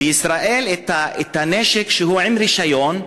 בישראל הנשק שהוא עם רישיון,